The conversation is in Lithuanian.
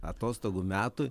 atostogų metui